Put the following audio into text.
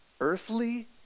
Earthly